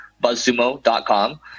buzzsumo.com